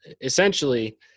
essentially